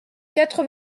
quatre